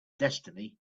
destiny